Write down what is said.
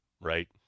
right